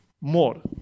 more